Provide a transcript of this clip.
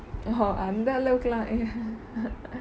oh அந்த அளவுக்களா:anthe alvukala